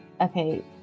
okay